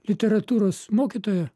literatūros mokytoja